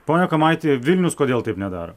pone kamaiti vilnius kodėl taip nedaro